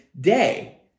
day